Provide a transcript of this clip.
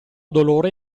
dolore